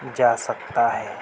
جا سکتا ہے